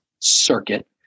circuit